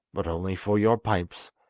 but only for your pipes,